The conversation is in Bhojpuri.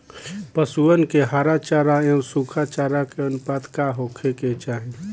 पशुअन के हरा चरा एंव सुखा चारा के अनुपात का होखे के चाही?